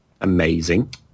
Amazing